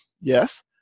yes